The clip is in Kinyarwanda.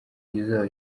kizaba